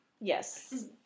Yes